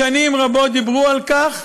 שנים רבות דיברו על כך,